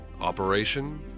Operation